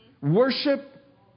worship